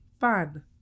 Fun